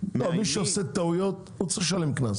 מי שעושה טעויות צריך לשלם קנס,